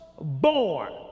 born